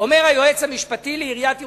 אומר היועץ המשפטי לעיריית ירושלים,